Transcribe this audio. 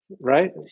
right